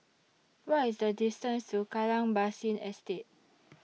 What IS The distance to Kallang Basin Estate